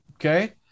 Okay